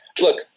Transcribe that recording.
Look